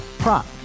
prop